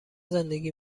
زندگی